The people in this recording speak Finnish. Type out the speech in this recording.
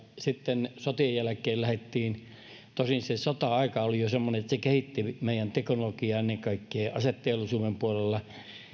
sitten sotien jälkeen lähdettiin tosin se sota aika oli jo semmoinen että se kehitti meidän teknologiaa ennen kaikkea aseteollisuuden puolella